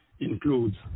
includes